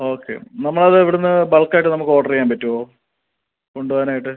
okay നമ്മൾ അത് ഇവിടെ നിന്ന് ബൾക്ക് ആയിട്ട് നമുക്ക് ഓർഡർ ചെയ്യാൻ പറ്റുമോ കൊണ്ടുപോവാൻ ആയിട്ട്